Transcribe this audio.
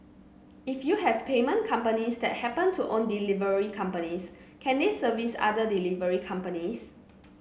if you have payment companies that happen to own delivery companies can they service other delivery companies